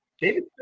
David